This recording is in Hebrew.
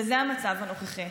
וזה המצב הנוכחי.